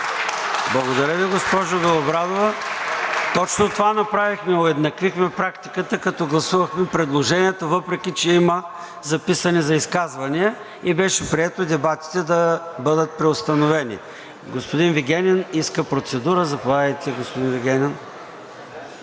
Благодаря Ви, госпожо Белобрадова. Точно това направихме – уеднаквихме практиката, като гласувахме предложението, въпреки че има записани за изказвания, и беше прието дебатите да бъдат преустановени. Господин Вигенин иска процедура. Заповядайте, господин Вигенин.